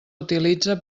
utilitza